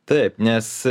taip nes